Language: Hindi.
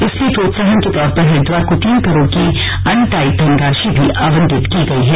इसलिए प्रोत्साहन के तौर पर हरिद्वार को तीन करोड़ की अनटाइड धनराशि भी आवंटित की गई है